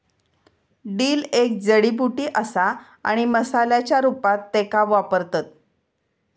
dill एक जडीबुटी असा आणि मसाल्याच्या रूपात त्येका वापरतत